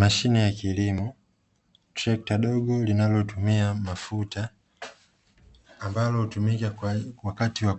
Mashine ya Kilimo trekta dogo linalotumia mafuta ambalo hutumika kwa wakati wa